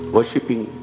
Worshipping